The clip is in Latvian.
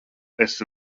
esi